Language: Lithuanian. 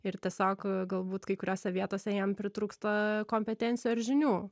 ir tiesiog galbūt kai kuriose vietose jiem pritrūksta kompetencijų ar žinių